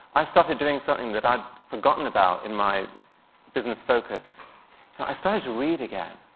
i started doing something that i'd forgotten about in my business focus i started to read again.